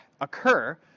occur